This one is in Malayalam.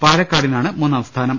പാലക്കാടിനാണ് മൂന്നാം സ്ഥാനം